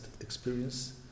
experience